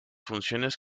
funciones